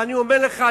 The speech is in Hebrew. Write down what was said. ואני אומר לך,